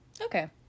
Okay